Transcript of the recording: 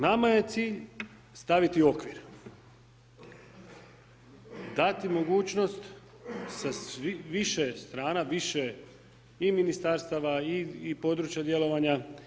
Nama je cilj staviti okvir, dati mogućnost sa više strana, više i ministarstava, i područja djelovanja.